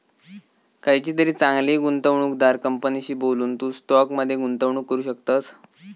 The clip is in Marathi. खयचीतरी चांगली गुंवणूकदार कंपनीशी बोलून, तू स्टॉक मध्ये गुंतवणूक करू शकतस